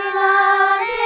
love